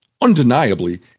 undeniably